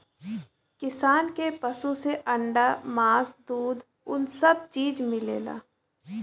किसान के पसु से अंडा मास दूध उन सब चीज मिलला